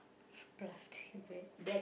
plastic bag